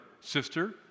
sister